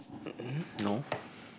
mm no